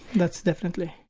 that's definitely.